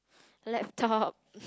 laptop